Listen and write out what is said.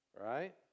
Right